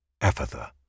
Ephatha